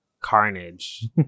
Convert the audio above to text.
carnage